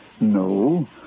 No